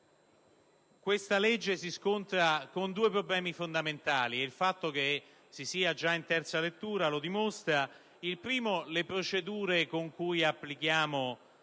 Questa legge si scontra con due problemi fondamentali, e il fatto che si sia già in terza lettura lo dimostra. Il primo problema è rappresentato